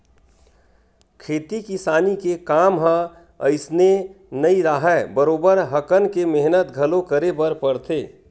खेती किसानी के काम ह अइसने नइ राहय बरोबर हकन के मेहनत घलो करे बर परथे